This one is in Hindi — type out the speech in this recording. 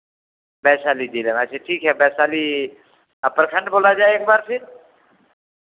वैशाली जिला अच्छा ठीक है वैशाली आ प्रखण्ड बोला जाए एक बार फिर